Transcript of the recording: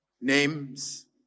names